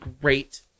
great